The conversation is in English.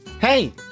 Hey